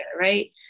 right